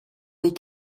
des